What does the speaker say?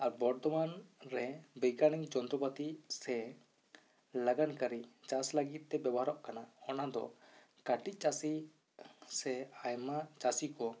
ᱟᱨ ᱵᱚᱨᱫᱷᱚᱢᱟᱱ ᱨᱮ ᱵᱳᱭᱜᱟᱱᱤᱠ ᱡᱚᱱᱛᱨᱚᱯᱟᱛᱤ ᱥᱮ ᱞᱟᱜᱟᱱ ᱠᱟᱹᱨᱤ ᱪᱟᱥ ᱞᱟᱹᱜᱤᱫ ᱛᱮ ᱵᱮᱵᱚᱦᱟᱨᱚᱜ ᱠᱟᱱᱟ ᱚᱱᱟ ᱫᱚ ᱠᱟᱹᱴᱤᱡ ᱪᱟᱹᱥᱤ ᱥᱮ ᱟᱭᱢᱟ ᱪᱟᱹᱥᱤ ᱠᱚ